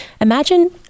Imagine